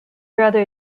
rather